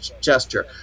gesture